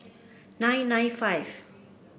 nine nine five